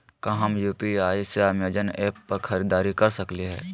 का हम यू.पी.आई से अमेजन ऐप पर खरीदारी के सकली हई?